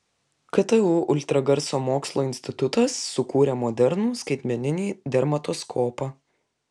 ktu ultragarso mokslo institutas sukūrė modernų skaitmeninį dermatoskopą